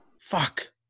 Fuck